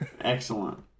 Excellent